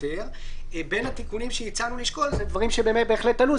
בין התיקונים שהצענו לשקול אלה דברים שבהחלט עלו,